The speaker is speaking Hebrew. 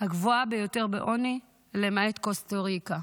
הגבוהה ביותר בעוני, למעט קוסטה ריקה.